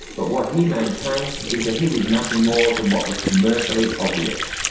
but what he maintains is that he did nothing more than what was commercially obvious.